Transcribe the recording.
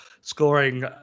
scoring